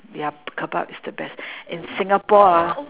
their kebab is the best in singapore ah